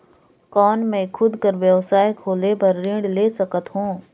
कौन मैं खुद कर व्यवसाय खोले बर ऋण ले सकत हो?